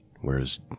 Whereas